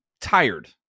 tired